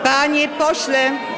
Panie pośle.